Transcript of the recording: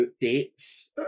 dates